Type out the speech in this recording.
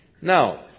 Now